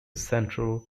central